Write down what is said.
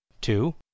Two